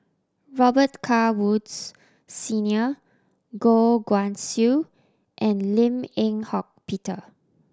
Robet Carr Woods Senior Goh Guan Siew and Lim Eng Hock Peter